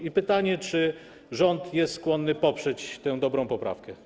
I pytanie: Czy rząd jest skłonny poprzeć tę dobrą poprawkę?